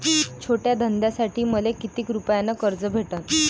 छोट्या धंद्यासाठी मले कितीक रुपयानं कर्ज भेटन?